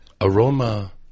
Aroma